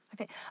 Okay